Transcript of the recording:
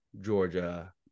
Georgia